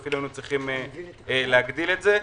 אפילו היינו צריכים להגדיל את זה.